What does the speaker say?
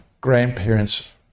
grandparents